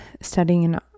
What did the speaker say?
studying